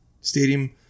stadium